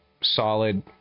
solid